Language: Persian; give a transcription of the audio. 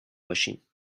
باشیم